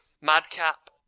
madcap